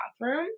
bathroom